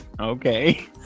okay